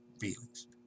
feelings